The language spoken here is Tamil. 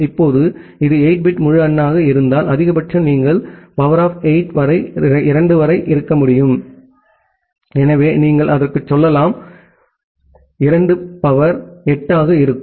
இப்போது இது 8 பிட் முழு எண்ணாக இருந்தால் அதிகபட்சம் நீங்கள் சக்தி 8 வரை 2 வரை இருக்க முடியும் எனவே நீங்கள் அதற்குச் செல்லலாம் எனவே 2 சக்தி 8 ஆக இருக்கும்